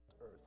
earth